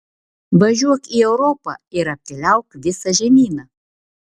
važiuok į europą ir apkeliauk visą žemyną